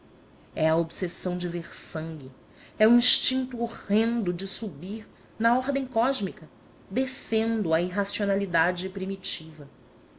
é a obsessão de ver sangue é o instinto horrendo de subir na ordem cósmica descendo à irracionalidade primitiva